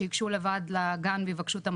שייגשו לבד לגן ויבקשו את המצלמות.